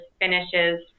finishes